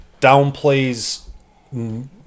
downplays